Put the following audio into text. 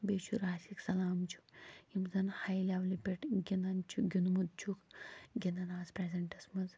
بییٚہِ چھُ راسِق سلام چھُ یِم زن ہاے لیولہِ پیٹھ گِنٛدان چھِ گِیوندٕمُت چھُکھ گِنٛدان آز پرزنٹس منٛز